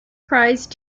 prize